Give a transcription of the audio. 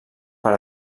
per